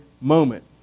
moment